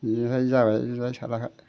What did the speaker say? इनिखायनो जाबाय ओइ साला